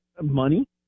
money